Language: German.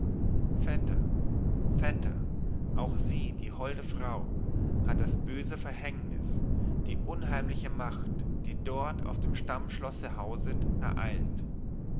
vetter vetter auch sie die holde frau hat das böse verhängnis die unheimhche macht die dort auf dem stammschlosse hauset ereilt